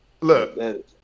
Look